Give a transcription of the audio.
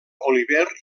oliver